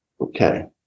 okay